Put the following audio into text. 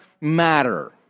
matter